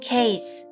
Case